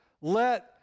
Let